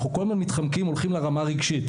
אנחנו כל הזמן מתחמקים, הולכים לרמה הרגשית.